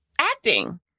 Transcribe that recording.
acting